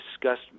discussed